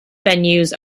venues